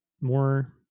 more